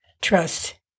trust